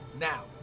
Now